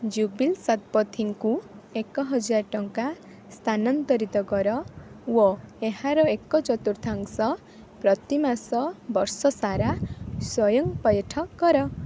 ଜୁବ୍ଲି ଶତପଥୀଙ୍କୁ ଏକ ହଜାର ଟଙ୍କା ସ୍ଥାନାନ୍ତରିତ କର ଓ ଏହାର ଏକ ଚତୁର୍ଥାଂଶ ପ୍ରତିମାସ ବର୍ଷ ସାରା ସ୍ଵୟଂ ପଇଠ କର